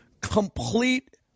complete